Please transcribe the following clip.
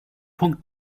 punkt